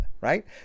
right